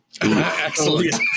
Excellent